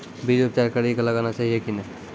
बीज उपचार कड़ी कऽ लगाना चाहिए कि नैय?